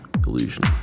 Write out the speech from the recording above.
delusion